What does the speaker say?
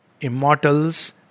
immortals